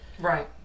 right